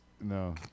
No